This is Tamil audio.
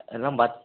இதெல்லாம் பத்